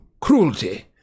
cruelty